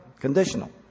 conditional